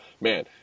Man